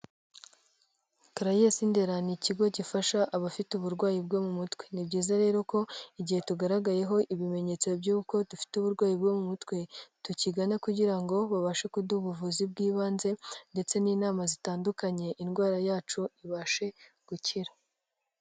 Caraes Ndera ni ikigo gifasha abafite uburwayi bwo mu mutwe. Ni byiza rero ko igihe tugaragayeho ibimenyetso by'uko dufite uburwayi bwo mu mutwe, tukigana kugira ngo babashe kuduha ubuvuzi bw'ibanze, ndetse n'inama zitandukanye indwara yacu ibashe gukira.